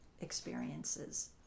experiences